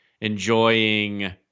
enjoying